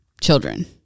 children